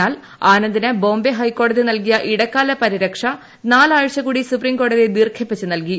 എന്നാൽ ആനന്ദിന് ബോംബെ ഹൈക്കോടതി നൽകിയ ഇടക്കാല പരിരക്ഷ നാല് ആഴ്ച കൂടി സുപ്രീംകോടതി ദീർഘിപ്പിച്ച് നല്കി